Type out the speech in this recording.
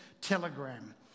telegram